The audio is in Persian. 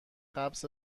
قبض